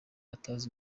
atazi